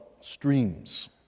streams